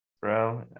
Bro